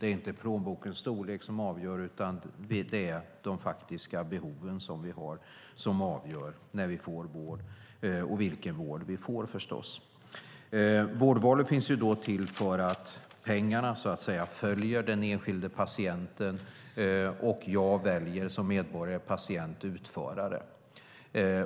Det är inte plånbokens storlek som avgör, utan det är de faktiska behov som vi har som avgör när vi får vård och vilken vård vi får, förstås. Vårdvalet innebär att pengarna, så att säga, följer den enskilde patienten. Och jag som medborgare och patient väljer utförare.